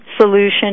solution